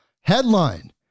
Headline